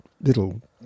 little